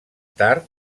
tard